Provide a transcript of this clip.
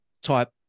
type